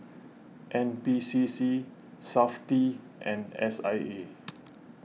N P C C SAFTI and S I A